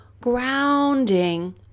grounding